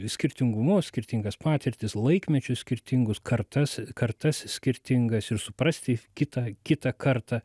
skirtingumus skirtingas patirtis laikmečius skirtingus kartas kartas skirtingas ir suprasti kitą kitą kartą